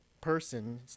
person